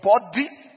body